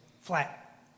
flat